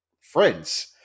friends